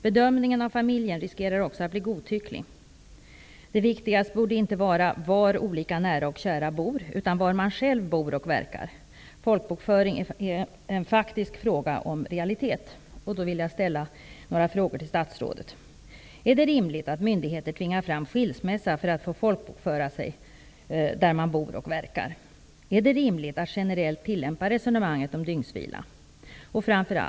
Bedömningen av familjeförhållandena riskerar också att bli godtycklig. Det viktigaste borde inte vara var olika nära och kära bor, utan var man själv bor och verkar. Folkbokföring är en fråga om realiteter. Är det rimligt att myndigheter tvingar fram skilsmässa för att man skall få folkbokföra sig där man bor och verkar? Är det rimligt att generellt tillämpa resonemanget om dygnsvila?